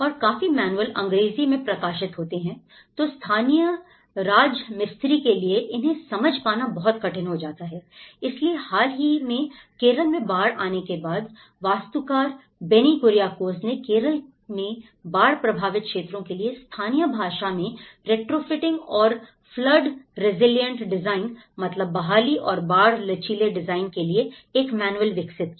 और काफी मैनुअल अंग्रेजी में प्रकाशित होते हैं तो स्थानीय राजमिस्त्री के लिए इन्हें समझ पाना बहुत कठिन हो जाता है इसलिए हाल ही में केरल में बाढ़ आने के बाद वास्तुकार बेनी कुरियाकोस Benny Kuriakose ने केरल में बाढ़ प्रभावित क्षेत्रों के लिए स्थानीय भाषा में रिट्रोफिटिंग और फ्लड रेसिलियंट डिजाइन मतलब बहाली और बाढ़ लचीले डिजाइन के लिए एक मैनुअल विकसित किया